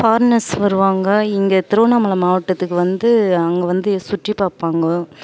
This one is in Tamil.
ஃபாரினர்ஸ் வருவாங்க இங்கே திருவண்ணாமலை மாவட்டத்துக்கு வந்து அங்கே வந்து சுற்றி பார்ப்பாங்க